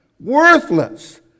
Worthless